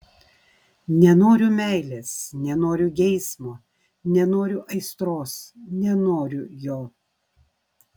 nenoriu meilės nenoriu geismo nenoriu aistros nenoriu jo